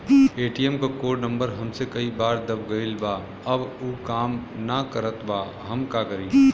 ATM क code number हमसे कई बार दब गईल बा अब उ काम ना करत बा हम का करी?